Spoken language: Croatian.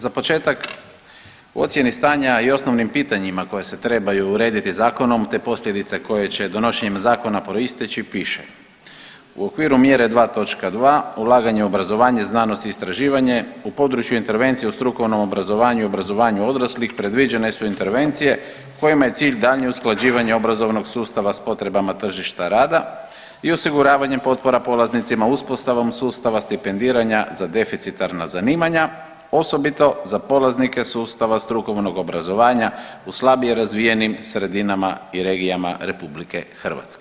Za početak u ocijeni stanja i osnovnim pitanjima koja se trebaju urediti zakonom, te posljedice koje će donošenjem zakona proisteći piše, u okviru mjere 2.2. ulaganje u obrazovanje, znanost i istraživanje u području intervencije u strukovnom obrazovanju i obrazovanju odraslih predviđene su intervencije kojima je cilj daljnje usklađivanje obrazovnog sustava s potrebama tržišta rada i osiguravanjem potpora polaznicima uspostavom sustava stipendiranja za deficitarna zanimanja, osobito za polaznike sustava strukovnog obrazovanja u slabije razvijenim sredinama i regijama RH.